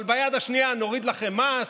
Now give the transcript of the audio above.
אבל ביד השנייה נוריד לכם מס,